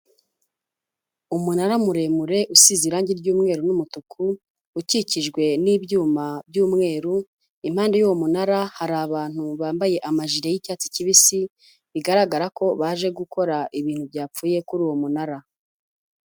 Umunara muremure usize irangi ry'umweru n'umutuku, ukikijwe n'ibyuma by'umweru, impande y'uwo munara hari abantu bambaye amajire y'icyatsi kibisi, bigaragara ko baje gukora ibintu byapfuye kuri uwo munara.